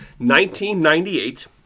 1998